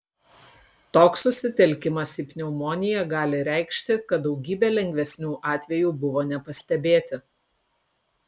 toks susitelkimas į pneumoniją gali reikšti kad daugybė lengvesnių atvejų buvo nepastebėti